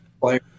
player